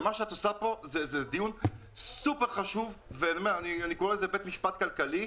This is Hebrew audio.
את עושה פה דיון סופר חשוב שאני קורא לו בית משפט כלכלי.